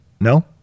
No